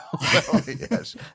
yes